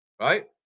right